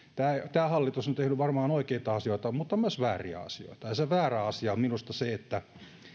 tämä hallitus on tehnyt varmaan oikeita asioita mutta myös vääriä asioita ja väärä asia on minusta